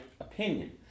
opinion